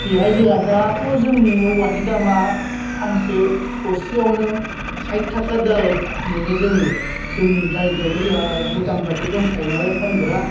बेहाय जोहा दाथ' जोंनि औवानि दामा फांसे थसेयावनो साइथ थाखा दाल मोनो जोङो जोंनि जायगायावनो जोहा गडाउन बादि दंखायो नालाय फानग्रा